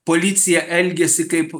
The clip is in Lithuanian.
policija elgiasi kaip